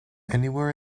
anywhere